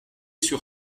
sur